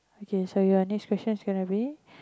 okay so ya next question's gonna be